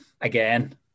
again